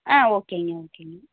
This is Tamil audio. ஆ ஓகேங்க ஓகேங்க